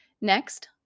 Next